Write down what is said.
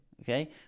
okay